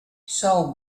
sou